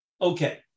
Okay